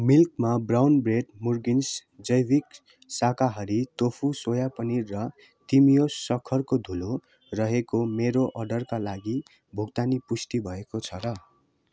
मिल्कमा brown bread मुर्गिन्स जैविक शाकाहारी टोफू सोया पनिर र टिमियोस सक्खरको धुलो रहेको मेरो अर्डरका लागि भुक्तानी पुष्टि भएको छ र